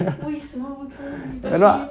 为社么不可以 but he